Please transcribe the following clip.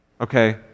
okay